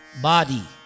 body